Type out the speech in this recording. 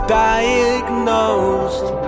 diagnosed